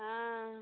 हाँ